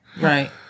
Right